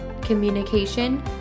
communication